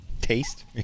Taste